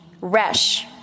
rash